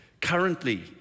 currently